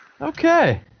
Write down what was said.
Okay